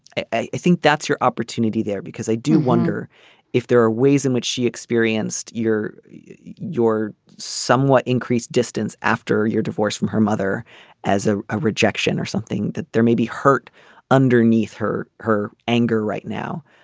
i think that's your opportunity there because i do wonder if there are ways in which she experienced your your somewhat increased distance after your divorce from her mother as a ah rejection or something that there may be hurt underneath her her anger right now.